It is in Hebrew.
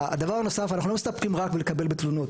הדבר הנוסף, אנחנו לא מסתפקים רק בלקבל תלונות.